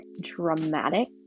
dramatic